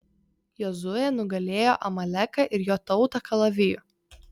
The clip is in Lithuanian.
jozuė nugalėjo amaleką ir jo tautą kalaviju